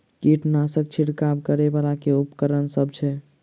कीटनासक छिरकाब करै वला केँ उपकरण सब छै?